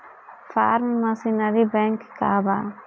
Form machinery bank का बा?